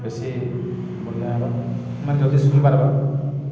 ବେଶୀ ବଢ଼ିଆ ହେବା ମାନେ ଯଲ୍ଦି ଶୁଖିପାର୍ବା